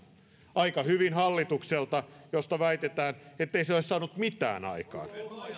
aika hyvin hallitukselta josta väitetään ettei se ole saanut mitään aikaan